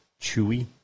chewy